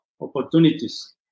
opportunities